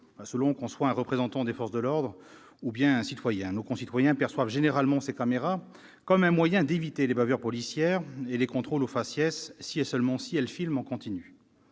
selon que l'on est un représentant des forces de l'ordre ou un citoyen. Nos concitoyens perçoivent généralement ces caméras comme un moyen d'éviter les bavures policières et les contrôles au faciès- si et seulement si -elles filment en continu.